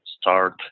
start